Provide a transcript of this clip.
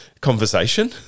conversation